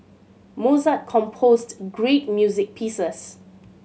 Mozart composed great music pieces